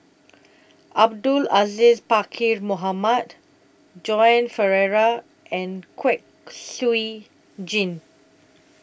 Abdul Aziz Pakkeer Mohamed Joan Pereira and Kwek Siew Jin